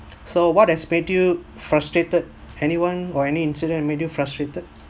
so what has made you frustrated anyone or any incident made you frustrated